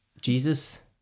Jesus